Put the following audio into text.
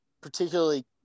particularly